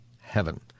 heaven